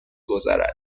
گذرد